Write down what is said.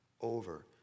over